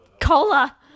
Cola